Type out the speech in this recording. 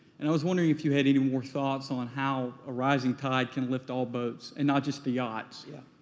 and i was wondering if you had any more thoughts on how a rising tide can life all boats, and not just the yachts. yeah,